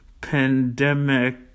pandemic